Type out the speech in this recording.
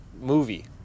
movie